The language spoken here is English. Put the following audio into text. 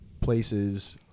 places